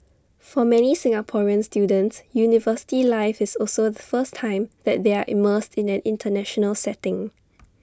for many Singaporean students university life is also the first time that they are immersed in an International setting